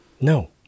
No